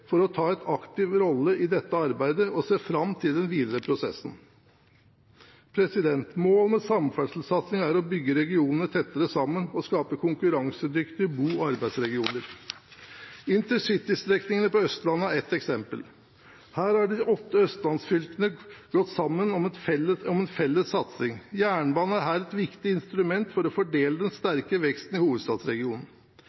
for å ta en aktiv rolle i dette arbeidet – og ser fram til den videre prosessen. Målet med samferdselssatsingen er å bygge regionene tettere sammen og skape konkurransedyktige bo- og arbeidsregioner. Intercitystrekningene på Østlandet er et eksempel på dette. Her har de åtte østlandsfylkene gått sammen om en felles satsing. Jernbanen er her et viktig instrument for å fordele den